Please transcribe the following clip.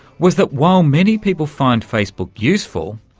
was that while many people find facebook useful,